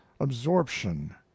absorption